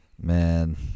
Man